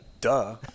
Duh